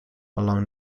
along